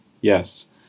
Yes